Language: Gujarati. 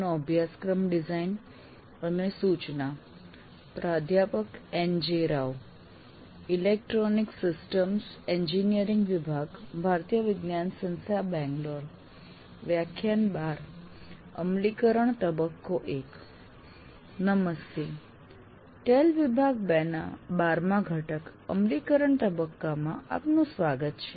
નમસ્તે TALE વિભાગ ૨ ના 12 માં ઘટક અમલીકરણ તબક્કમાં આપનું સ્વાગત છે